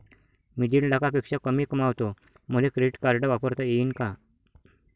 मी दीड लाखापेक्षा कमी कमवतो, मले क्रेडिट कार्ड वापरता येईन का?